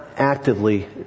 Actively